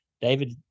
David